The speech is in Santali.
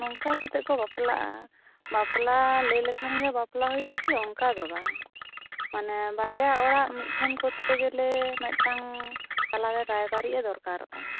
ᱱᱚᱝᱠᱟ ᱠᱟᱛᱮᱫ ᱠᱚ ᱵᱟᱯᱞᱟᱜᱼᱟ ᱵᱟᱯᱞᱟ ᱞᱟᱹᱭ ᱞᱮᱠᱷᱟᱱ ᱜᱮ ᱵᱟᱯᱞᱟ ᱦᱩᱭᱩᱜᱼᱟᱠᱤ ᱚᱱᱠᱟ ᱫᱚ ᱵᱟᱝ ᱢᱟᱱᱮ ᱵᱟᱨᱭᱟ ᱚᱲᱟᱜ ᱢᱤᱫᱴᱷᱮᱱ ᱠᱚᱨᱛᱮ ᱜᱮᱞᱮ ᱢᱤᱫᱴᱟᱝ ᱛᱟᱞᱟᱨᱮ ᱨᱟᱭᱵᱟᱨᱤᱡ ᱮ ᱫᱚᱨᱠᱟᱨᱚᱜᱼᱟ